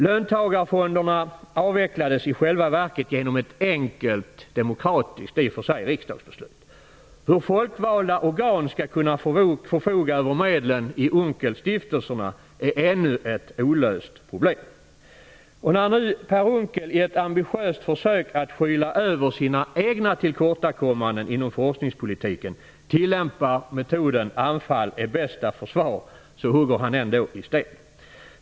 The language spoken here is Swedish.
Löntagarfonderna avvecklades i själva verket genom ett enkelt demokratiskt riksdagsbeslut. Hur folkvalda organ skall kunna förfoga över medlen i Unckelstifteslerna är ännu ett olöst problem. När nu Per Unckel i ett ambitiöst försök att skyla över sina egna tillkortakommanden inom forskningspolitiken tillämpar metoden anfall är bästa försvar, så hugger han ändå i sten.